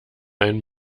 ein